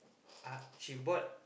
ah she bought